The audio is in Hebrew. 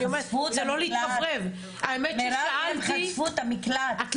היא לא